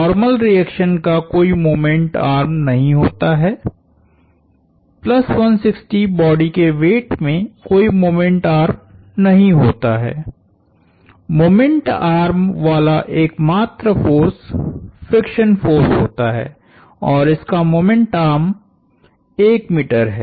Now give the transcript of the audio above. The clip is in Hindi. नार्मल रिएक्शन का कोई मोमेंट आर्म नहीं होता है प्लस 160 बॉडी के वेट में कोई मोमेंट आर्म नहीं होता है मोमेंट आर्म वाला एकमात्र फोर्स फ्रिक्शन फोर्स होता है और इसका मोमेंट आर्म 1 मीटर है